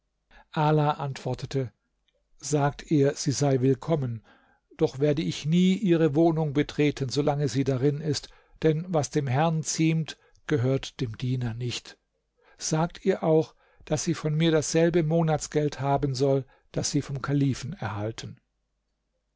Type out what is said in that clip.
ala antwortete sagt ihr sie sei willkommen doch werde ich nie ihre wohnung betreten solange sie darin ist denn was dem herrn ziemt gehört dem diener nicht sagt ihr auch daß sie von mir das selbe monatsgeld haben soll das sie vom kalifen erhalten